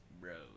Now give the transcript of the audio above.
Bro